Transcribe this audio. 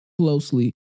closely